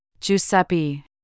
Giuseppe